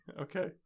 okay